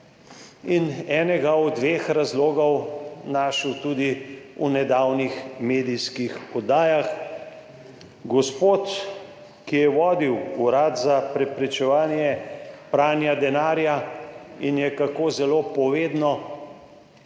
in enega od dveh razlogov našel tudi v nedavnih medijskih oddajah. Gospod, ki je vodil Urad za preprečevanje pranja denarja in se je, kako zelo povedno,